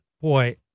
Boy